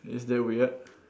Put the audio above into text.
is that weird